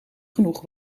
genoeg